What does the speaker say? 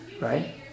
right